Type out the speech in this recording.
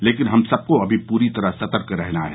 लेकिन हम सबको अभी पूरी तरह सतर्क रहना है